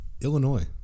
Illinois